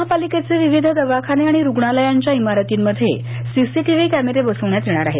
महापालिकेचे विविध दवाखाने आणि रुग्णालयांच्या इमारतींमध्ये सीसीटीव्ही कॅमेरे बसवण्यात येणार आहेत